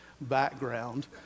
background